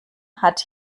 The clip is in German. hat